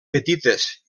petites